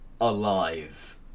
Alive